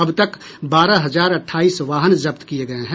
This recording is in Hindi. अब तक बारह हजार अट्ठाईस वाहन जब्त किये गये हैं